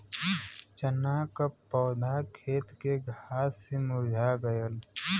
चन्ना क पौधा खेत के घास से मुरझा गयल